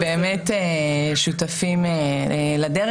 באמת שותפים לדרך.